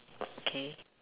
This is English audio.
okay